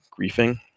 griefing